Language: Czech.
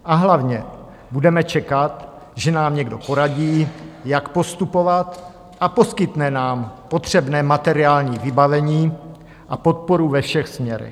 A hlavně budeme čekat, že nám někdo poradí, jak postupovat, a poskytne nám potřebné materiální vybavení a podporu ve všech směrech.